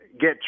get